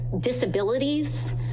disabilities